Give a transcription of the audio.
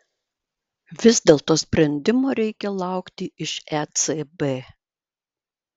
vis dėlto sprendimo reikia laukti iš ecb